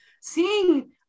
seeing